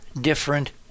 different